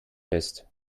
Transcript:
fest